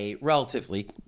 relatively